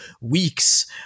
weeks